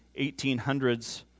1800s